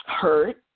hurt